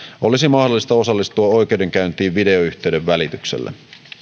olisi mahdollista osallistua oikeudenkäyntiin videoyhteyden välityksellä